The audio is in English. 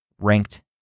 ranked